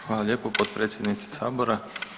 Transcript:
Hvala lijepo potpredsjednice sabora.